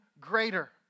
greater